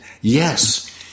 Yes